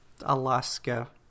Alaska